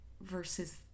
versus